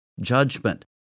judgment